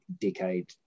decade